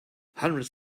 hundreds